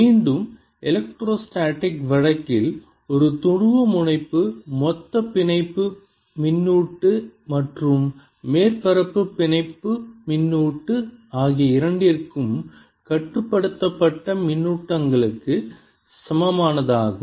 மீண்டும் எலக்ட்ரோஸ்டேடிக் வழக்கில் ஒரு துருவமுனைப்பு மொத்த பிணைப்பு மின்னூட்டு மற்றும் மேற்பரப்பு பிணைப்பு மின்னூட்டு ஆகிய இரண்டிற்கும் கட்டுப்பட்ட மின்னூட்டங்களுக்கு சமமானதாகும்